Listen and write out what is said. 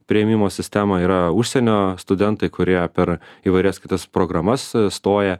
priėmimo sistemą yra užsienio studentai kurie per įvairias kitas programas stoja